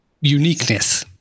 uniqueness